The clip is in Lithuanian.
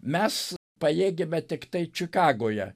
mes pajėgėme tiktai čikagoje